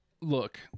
look